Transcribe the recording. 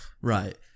Right